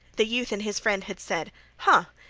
the youth and his friend had said huh!